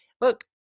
look